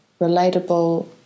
relatable